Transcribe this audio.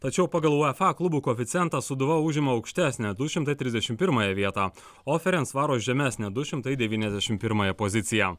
tačiau pagal uefa klubų koeficientą sūduva užima aukštesnę du šimtai trisdešim pirmąją vietą o ferensvaro žemesnę du šimtai devyniasdešim pirmąją poziciją